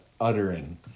uttering